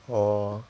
oh